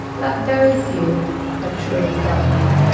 but very few have truly felt like